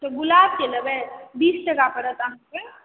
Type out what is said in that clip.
से गुलाब के लेबय बीस टका परत अहाँके